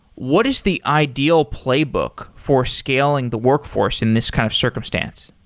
what is the ideal playbook for scaling the workforce in this kind of circumstance?